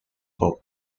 vote